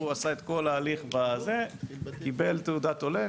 הוא עשה את כל ההליך ב- -- וקיבל תעודת עולה,